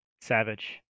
Savage